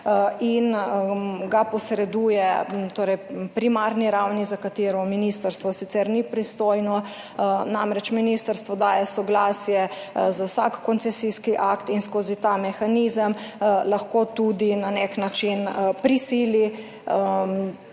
in ga posreduje primarni ravni, za katero ministrstvo sicer ni pristojno, namreč ministrstvo daje soglasje za vsak koncesijski akt in skozi ta mehanizem lahko tudi na nek način prisili